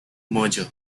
merger